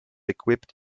equipped